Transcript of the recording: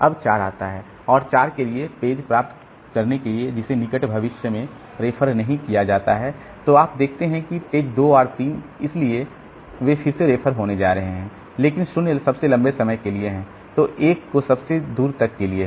अब 4 आता है और 4 के लिए पेज प्राप्त करने के लिए जिसे निकट भविष्य में रेफर नहीं किया जाता है तो आप देखते हैं कि पेज 2 और 3 इसलिए वे फिर से रेफर होने जा रहे हैं लेकिन 0 सबसे लंबे समय के लिए है तो 1 सबसे दूर तक के लिए है